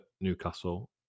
Newcastle